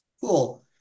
cool